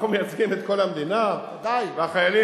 אנחנו מייצגים את כל המדינה, ודאי.